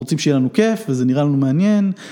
רוצים שיהיה לנו כיף, וזה נראה לנו מעניין.